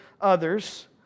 others